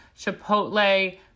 Chipotle